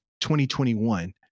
2021